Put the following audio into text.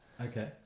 Okay